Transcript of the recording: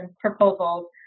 proposals